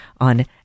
on